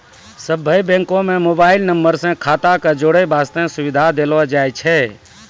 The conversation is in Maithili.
सभ्भे बैंको म मोबाइल नम्बर से खाता क जोड़ै बास्ते सुविधा देलो जाय छै